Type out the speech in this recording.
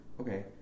okay